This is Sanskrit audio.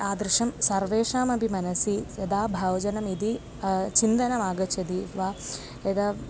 तादृशं सर्वेषामपि मनसि यदा भोजनमिति चिन्तनम् आगच्छति वा यदा